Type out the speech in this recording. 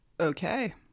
Okay